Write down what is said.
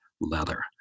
leather